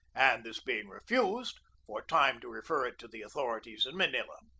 and this being refused, for time to refer it to the authorities at manila.